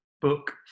book